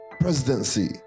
presidency